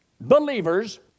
believers